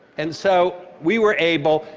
and so we were able,